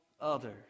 others